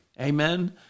amen